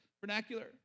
vernacular